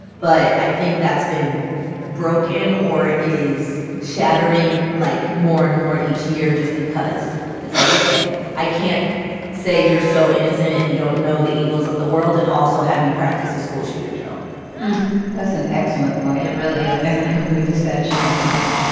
but i think that's been broken or is shattering, like, more and more each year just because it's like, ok i can't say you're so innocent and you don't know the evils of the world and also have you practice a school shooter drill that's an excellent point it really is ah and i am really sad she had to make it